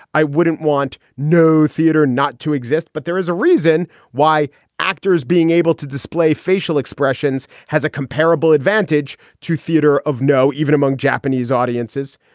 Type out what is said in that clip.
i wouldn't want no theater not to exist. but there is a reason why actors being able to display facial expressions has a comparable advantage to theater of no. even among japanese audiences.